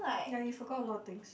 ya you forgot a lot of things